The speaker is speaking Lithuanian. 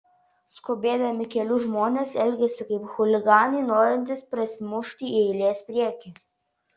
skubėdami keliu žmonės elgiasi kaip chuliganai norintys prasimušti į eilės priekį